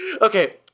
Okay